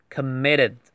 Committed